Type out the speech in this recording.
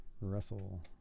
Russell